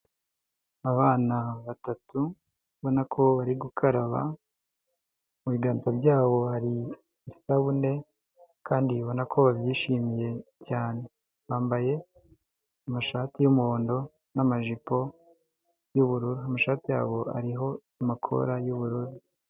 Abana batatu ubona ko bari gukaraba, mu biganza bya bo hari isabune kandi ubona ko babyishimiye cyane, bambaye amashati y'umuhondo n'amajipo y'ubururu, ku mashati ya bo hariho amakola y'ubururu.